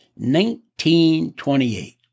1928